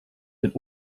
den